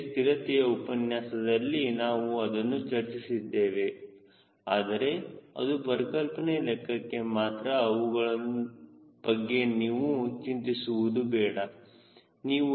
ಮುಂಚೆ ಸ್ಥಿರತೆಯ ಉಪನ್ಯಾಸದಲ್ಲಿ ನಾವು ಇದನ್ನು ಚರ್ಚಿಸಿದ್ದೇವೆ ಆದರೆ ಇದು ಪರಿಕಲ್ಪನೆ ಲೆಕ್ಕಕ್ಕೆ ಮಾತ್ರ ಅವುಗಳ ಬಗ್ಗೆ ನೀವು ಚಿಂತಿಸುವುದು ಬೇಡ